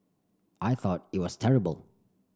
I thought it was terrible